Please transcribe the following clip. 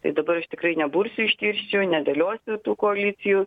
tai dabar aš tikrai nebursiu iš tirščių nedėliosiu tų koalicijų